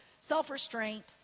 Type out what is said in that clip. self-restraint